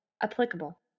Applicable